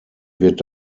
wird